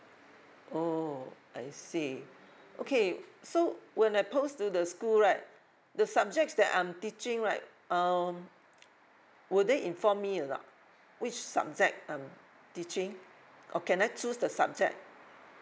oh I see okay so when I post to the school right the subjects that I'm teaching right um would they inform me or not which subject I'm teaching or can I choose the subject